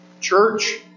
Church